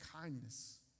kindness